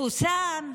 בחוסאן,